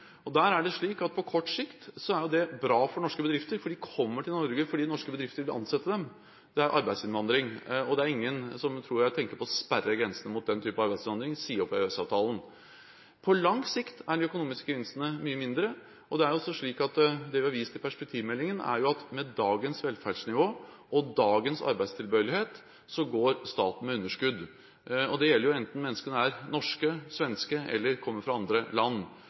På kort sikt er jo det bra for norske bedrifter, for de kommer til Norge fordi norske bedrifter vil ansette dem. Det er arbeidsinnvandring. Det er ingen, tror jeg, som tenker på å sperre grensene mot den type arbeidsinnvandring og si opp EØS-avtalen. På lang sikt er de økonomiske gevinstene mye mindre. Det vi har vist til i perspektivmeldingen, er at med dagens velferdsnivå og dagens arbeidstilbøyelighet går staten med underskudd. Det gjelder jo enten menneskene er norske, svenske eller kommer fra andre land.